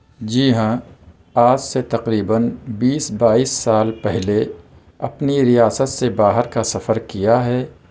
جی ہاں آج سے تقریباً بیس بائیس سال پہلے اپنی ریاست سے باہر کا سفر کیا ہے